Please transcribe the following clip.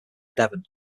devon